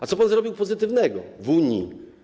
A co pan zrobił pozytywnego w Unii?